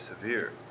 severe